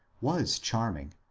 was charming,